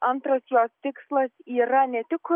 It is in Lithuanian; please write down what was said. antras jos tikslas yra ne tik